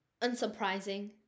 unsurprising